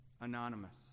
anonymous